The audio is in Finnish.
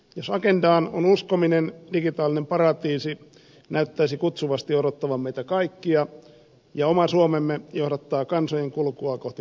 jos agendaan on uskominen digitaalinen paratiisi näyttäisi kutsuvasti odottavan meitä kaikkia ja oma suomemme johdattaa kansojen kulkua kohti paratiisin porttia